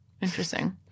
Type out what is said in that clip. Interesting